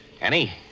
Annie